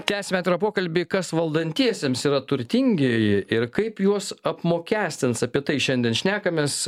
tęsiam atvirą pokalbį kas valdantiesiems yra turtingieji ir kaip juos apmokestins apie tai šiandien šnekamės